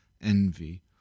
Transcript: envy